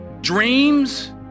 dreams